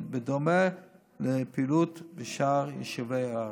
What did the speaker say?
בדומה לפעילות לשאר יישובי הארץ.